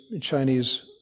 Chinese